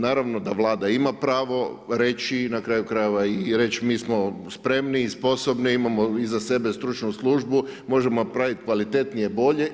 Naravno da Vlada ima pravo reći i na kraju krajeva i reći mi smo spremni, sposobni, imamo iza sebe stručnu službu, možemo napraviti kvalitetnije, bolje.